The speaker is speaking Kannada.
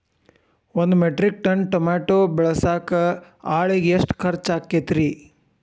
ಒಂದು ಮೆಟ್ರಿಕ್ ಟನ್ ಟಮಾಟೋ ಬೆಳಸಾಕ್ ಆಳಿಗೆ ಎಷ್ಟು ಖರ್ಚ್ ಆಕ್ಕೇತ್ರಿ?